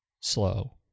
Slow